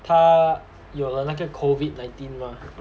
他有了那个 COVID nineteen mah